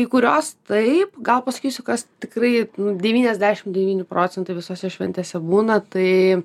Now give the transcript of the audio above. kai kurios taip gal pasakysiu kas tikrai devyniasdešimt devyni procentai visose šventėse būna tai